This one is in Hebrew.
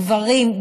גברים,